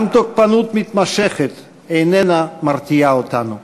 גם תוקפנות מתמשכת איננה מרתיעה אותנו.